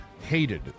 hated